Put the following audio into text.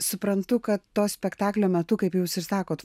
suprantu kad to spektaklio metu kaip jūs ir sakot